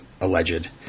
alleged